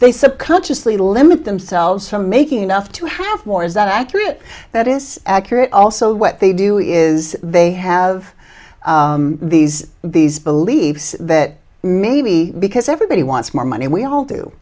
they subconsciously limit themselves from making enough to have more is that accurate that is accurate also what they do is they have these these believes that maybe because everybody wants more money and we all do